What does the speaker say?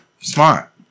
Smart